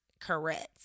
correct